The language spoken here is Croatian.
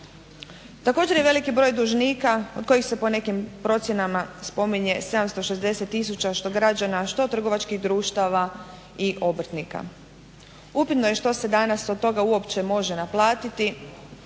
Također je veliki broj dužnika od kojih se po nekim procjenama spominje 760 tisuća što građana, što trgovačkih društava i obrtnika. Upitno je što se danas od toga uopće može naplatiti